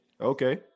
Okay